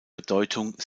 bedeutung